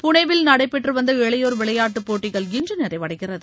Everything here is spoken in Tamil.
புனேவில் நடைபெற்று வந்த இளையோர் விளையாட்டு போட்டிகள் இன்று நிறைவடைகிறது